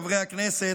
חברי הכנסת,